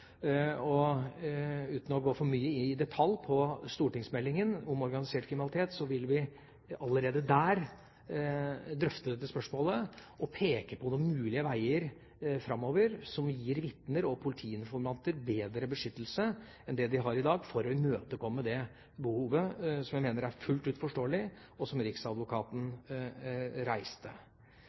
Og uten å gå for mye i detalj når det gjelder stortingsmeldingen om organisert kriminalitet: Vi vil allerede der drøfte dette spørsmålet og peke på noen mulige veier framover som vil gi vitner og politiinformanter bedre beskyttelse enn det de har i dag, for slik å imøtekomme det behovet som jeg mener er fullt ut forståelig, og som riksadvokaten